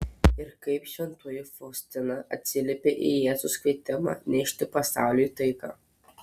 ir kaip šventoji faustina atsiliepė į jėzaus kvietimą nešti pasauliui taiką